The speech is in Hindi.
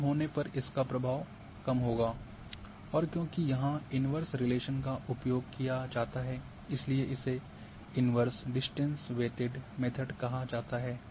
दूर होने पर इसका प्रभाव कम होगा और क्योंकि यहाँ इनवर्स रिलेशन का उपयोग किया जाता है इसीलिए इसे इनवर्स डिस्टेंस वेटेड मेथड कहा जाता है